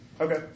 Okay